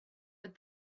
but